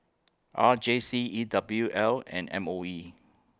R J C E W L and M O E